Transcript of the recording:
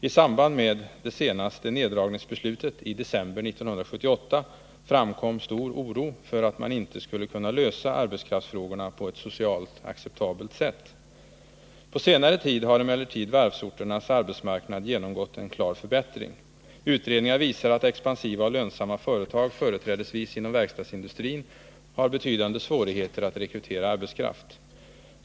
I samband med det senaste neddragningsbeslutet i december 1978 framkom stor oro för att man inte skulle kunna lösa arbetskraftsfrågorna på ett socialt acceptabelt sätt. På senare tid har emellertid varvsorternas arbetsmarknad genomgått en klar förbättring. Utredningar visar att expansiva och lönsamma företag företrädesvis inom verkstadsindustrin har betydande svårigheter att rekrytera arbetskraft.